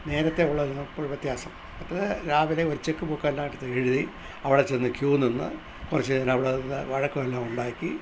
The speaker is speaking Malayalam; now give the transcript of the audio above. നേരത്തെ ഉള്ളതിലും ഇപ്പോൾ വ്യത്യാസം ഇത് രാവിലെ ഉച്ചക്ക് ബുക്കെല്ലാം എടുത്ത് എഴുതി അവിടെ ചെന്ന് ക്യു നിന്ന് കുറച്ചുനേരം അവിടെ വഴക്കെല്ലാം ഉണ്ടാക്കി